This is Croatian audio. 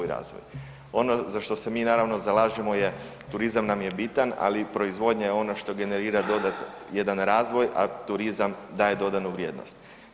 Ono za što se mi naravno je zalažemo je turizam nam je bitan ali i proizvodnja je ono što generira jedan razvoj a turizam daje dodanu vrijednost.